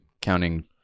counting